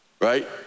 Right